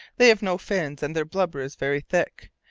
they have no fins, and their blubber is very thick.